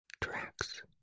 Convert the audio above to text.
Tracks